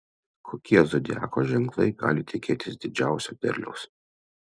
kokie zodiako ženklai gali tikėtis didžiausio derliaus